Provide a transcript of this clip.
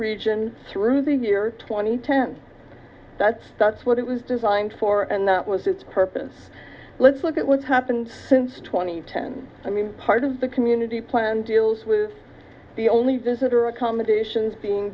region through the year twenty ten that's what it was designed for and that was its purpose let's look at what's happened since twenty ten i mean part of the community plan deals with the only visitor accommodations being